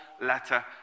letter